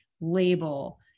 label